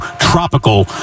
tropical